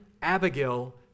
Abigail